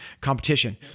competition